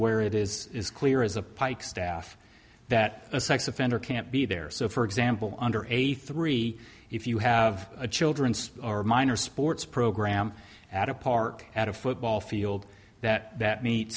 where it is as clear as a pikestaff that a sex offender can't be there so for example under eighty three if you have a children's minor sports program at a park at a football field that that m